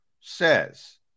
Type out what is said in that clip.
says